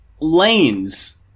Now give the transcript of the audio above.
Lanes